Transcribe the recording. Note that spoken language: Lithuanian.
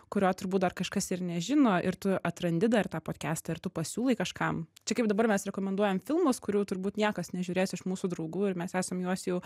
kurio turbūt dar kažkas ir nežino ir tu atrandi dar tą podcastą ir tu pasiūlai kažkam čia kaip dabar mes rekomenduojam filmus kurių turbūt niekas nežiūrės iš mūsų draugų ir mes esam juos jau